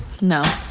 No